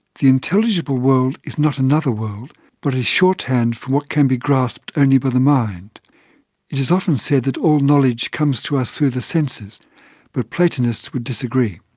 the intelligible world is not another world but is shorthand for what can be grasped only by the mind it is often said that all knowledge comes to us through the senses but platonists would disagree.